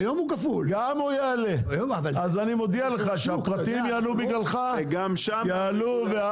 אז אני מודיע לך שהפרטי יעלו בגללך וגם